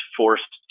forced